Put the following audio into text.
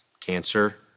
cancer